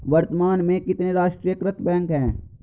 वर्तमान में कितने राष्ट्रीयकृत बैंक है?